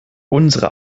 unsere